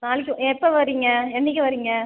நாளைக்கு எப்போ வரீங்க என்னைக்கு வரீங்க